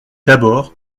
d’abord